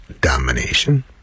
domination